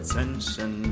Attention